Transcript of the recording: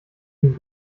den